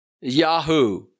Yahoo